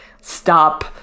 Stop